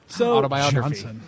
autobiography